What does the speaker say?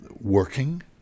working